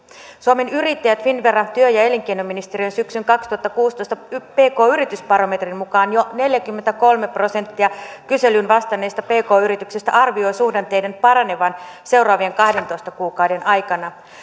suomen yrittäjien finnveran ja työ ja ja elinkeinoministeriön syksyn kaksituhattakuusitoista pk yritysbarometrin mukaan jo neljäkymmentäkolme prosenttia kyselyyn vastanneista pk yrityksistä arvioi suhdanteiden paranevan seuraavien kahdentoista kuukauden aikana